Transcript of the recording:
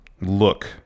Look